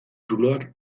zuloak